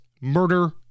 murder